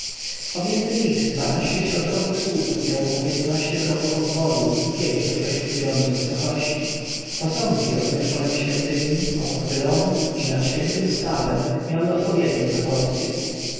pomiędzy nich dwanaście środkowych słupów miało po piętnaście kroków obwodu i pięć do sześciu piętr wysokości posągi rozmieszczone w świątyni obok pylonów i nad świętym stawem miały odpowiednie